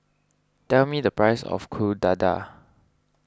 tell me the price of Kuih Dadar